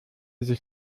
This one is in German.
sich